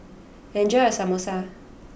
enjoy your Samosa